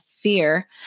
fear